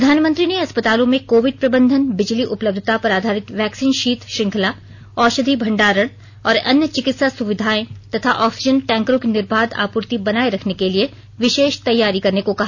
प्रधानमंत्री ने अस्पतालों में कोविड प्रबंधन बिजली उपलब्यता पर आधारित वैक्सीन शीत श्रंखला औषधि भंडारण और अन्य चिकित्सा सुविधाएं तथा ऑक्सीजन टैंकरों की निर्बाध आपूर्ति बनाए रखने के लिए विशेष तैयारी करने को कहा